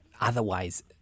Otherwise